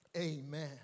Amen